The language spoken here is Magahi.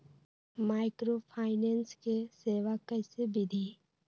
माइक्रोफाइनेंस के सेवा कइसे विधि?